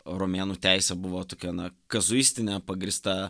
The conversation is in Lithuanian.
romėnų teisė buvo tokia na kazuistinė pagrįsta